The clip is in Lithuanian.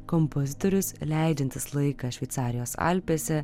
kompozitorius leidžiantis laiką šveicarijos alpėse